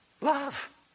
Love